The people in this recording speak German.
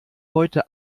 heute